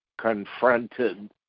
confronted